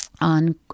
On